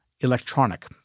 Electronic